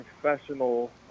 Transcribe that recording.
professional